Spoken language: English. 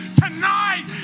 Tonight